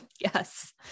Yes